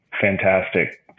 fantastic